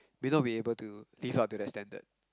may not be able to live up to that standard